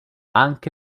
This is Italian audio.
anche